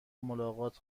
ملاقات